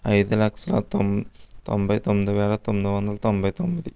ఐదు లక్షల తొం తొంబై తొమ్మిది వేల తొమ్మిది వందల తొంబై తొమ్మిది